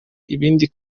ibindi